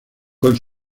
con